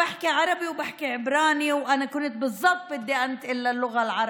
(אומרת דברים בשפה הערבית,